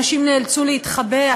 אנשים נאלצו להתחבא,